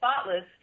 spotless